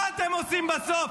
מה אתם עושים בסוף?